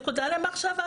נקודה למחשבה.